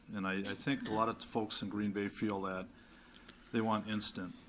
and i think a lot of folks in green bay feel that they want instant,